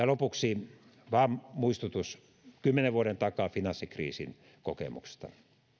lopuksi vain muistutus kymmenen vuoden takaa finanssikriisin kokemuksista